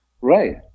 right